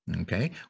Okay